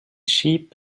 sheep